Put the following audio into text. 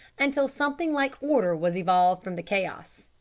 until something like order was evolved from the chaos.